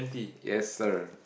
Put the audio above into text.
yes sir